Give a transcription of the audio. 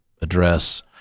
address